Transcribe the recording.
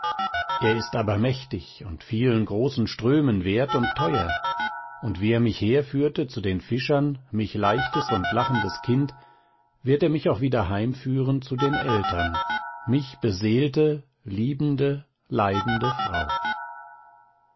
er ist aber mächtig und vielen großen strömen wert und teuer und wie er mich herführte zu den fischern mich leichtes und lachendes kind wird er mich auch wieder heimführen zu den eltern mich beseelte liebende leidende frau